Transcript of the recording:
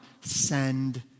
Send